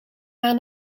maar